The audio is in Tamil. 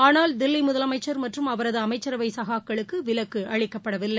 ஆனால் தில்லி முதலமைச்ச் மற்றும் அவரது அமைச்சரவை சகாக்களுக்கு விலக்கு அளிக்கப்படவில்லை